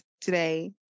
today